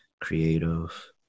creative